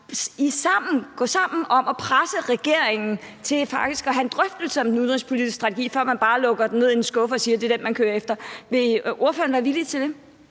gå sammen om at presse regeringen til faktisk at have en drøftelse om den udenrigspolitiske strategi, før man bare lukker den ned i en skuffe og siger, at det er den, man kører efter? Vil ordføreren være villig til det?